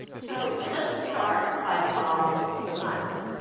so let's start by following the money.